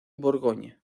borgoña